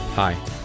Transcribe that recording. Hi